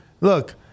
Look